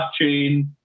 blockchain